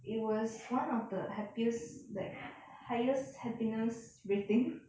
it was one of the happiest like highest happiness rating